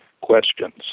questions